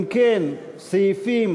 אם כן, סעיפים